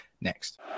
next